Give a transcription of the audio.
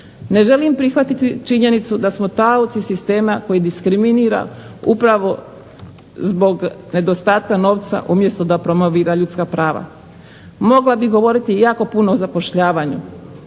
Ne želim prihvatiti činjenicu da smo taoci sistema koji diskriminira upravo zbog nedostatka novca umjesto da promovira ljudska prava. Mogla bih govoriti i jako puno o zapošljavanju.